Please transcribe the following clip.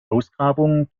ausgrabungen